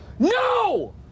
No